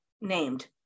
named